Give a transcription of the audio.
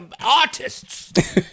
artists